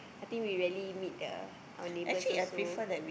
I think we rarely meet the our neighbours also